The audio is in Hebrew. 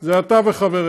זה אתה וחבריך.